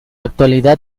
actualidad